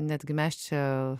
netgi mes čia